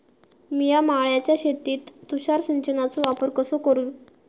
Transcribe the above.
मिया माळ्याच्या शेतीत तुषार सिंचनचो वापर कसो करू?